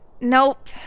Nope